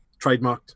trademarked